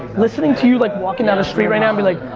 listening to you like walking down the street right now and be like,